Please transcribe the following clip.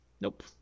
Nope